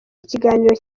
ikiganiro